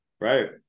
Right